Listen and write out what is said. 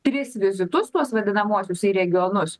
tris vizitus tuos vadinamuosius į regionus